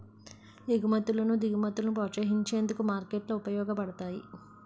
ఎగుమతులు దిగుమతులను ప్రోత్సహించేందుకు మార్కెట్లు ఉపయోగపడతాయి